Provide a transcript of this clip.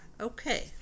Okay